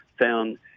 found